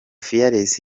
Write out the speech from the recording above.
fearless